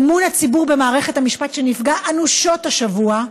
אמון הציבור במערכת המשפט, שנפגע אנושות השבוע,